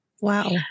Wow